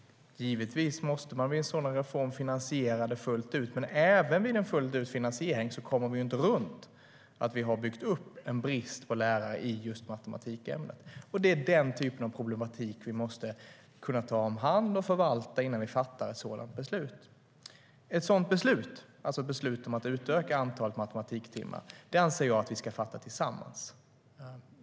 Givetvis måste man vid en sådan reform finansiera det fullt ut, men även vid en finansiering fullt ut kommer vi inte runt att vi har byggt upp en brist på lärare i just matematikämnet. Det är den typen av problematik vi måste kunna ta hand om och förvalta innan vi fattar ett sådant beslut. Ett sådant beslut, alltså ett beslut om att utöka antalet matematiktimmar, anser jag att vi ska fatta tillsammans.